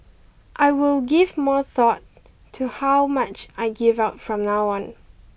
I will give more thought to how much I give out from now on